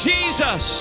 Jesus